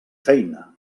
feina